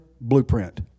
blueprint